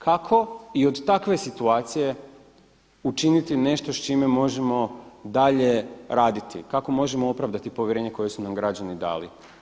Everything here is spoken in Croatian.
Kako i od takve situacije učiniti nešto s čime možemo dalje raditi, kako možemo opravdati povjerenje koje su nam građani dali.